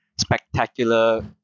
spectacular